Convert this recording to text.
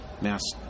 Mass